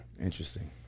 Interesting